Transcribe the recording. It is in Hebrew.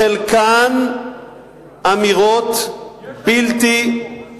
בחלקן אמירות בלתי,